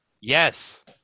Yes